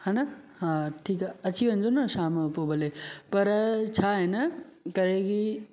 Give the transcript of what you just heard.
ह न हा ठीकु आहे अची वञिजो न शाम जो पोइ भले पर छा आहे न करे ही